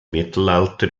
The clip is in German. mittelalter